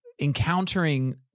encountering